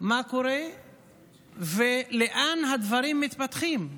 מה קורה ולאן הדברים מתפתחים.